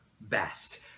best